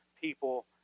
people